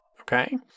Okay